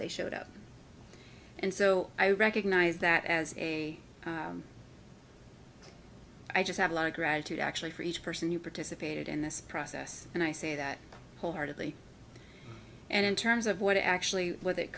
they showed up and so i recognize that as a i just have a lot of gratitude actually for each person who participated in this process and i say that wholeheartedly and in terms of what i actually w